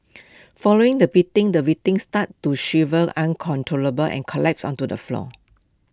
following the beating the victim started to shiver uncontrollably and collapsed onto the floor